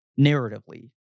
narratively